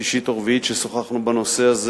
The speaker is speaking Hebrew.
שלישית או רביעית ששוחחנו בנושא הזה.